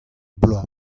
bloaz